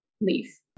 leaf